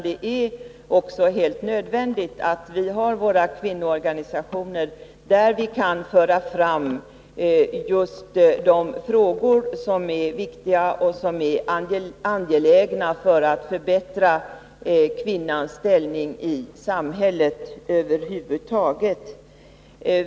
Det är helt nödvändigt att vi också har våra kvinnoorganisationer, där vi kan föra fram de frågor som är viktiga och angelägna för att förbättra kvinnans ställning i samhället.